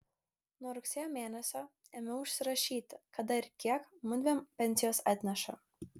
nuo rugsėjo mėnesio ėmiau užsirašyti kada ir kiek mudviem pensijos atneša